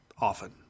often